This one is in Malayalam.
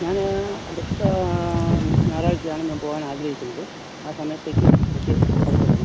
ഞാൻ അടുത്ത ഞായറാഴ്ചയാണ് ഞാൻ പോവാൻ ആഗ്രഹിക്കുന്നത് ആ സമയത്തേക്ക് എനിക്ക് അത് കിട്ടണം